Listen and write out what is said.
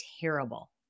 terrible